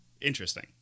interesting